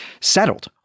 settled